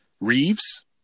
Reeves